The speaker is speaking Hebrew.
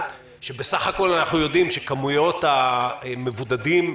שבסך הכול אנחנו יודעים שכמויות המבודדים,